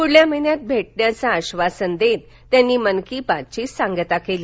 पुढच्या महिन्यात भेटण्याचं आश्वासन देत त्यांनी मन की बात ची सांगता केली